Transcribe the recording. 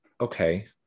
okay